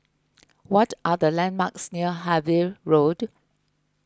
what are the landmarks near Harvey Road